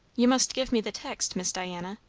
you must give me the text, miss diana,